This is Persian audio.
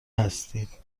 هستید